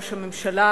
ראש הממשלה,